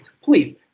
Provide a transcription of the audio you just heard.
Please